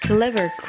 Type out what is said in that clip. Clever